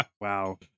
Wow